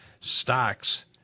stocks